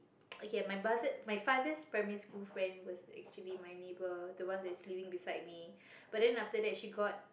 okay my brother my father's primary school friend was actually my neighbor the one that's living beside me but then after that she got